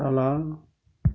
तल